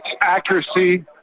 accuracy